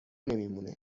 نمیمونه